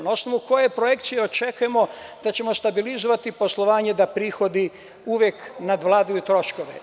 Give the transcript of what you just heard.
Na osnovu koje projekcije očekujemo da ćemo stabilizovati poslovanje da prihodi uvek nadvladaju troškove.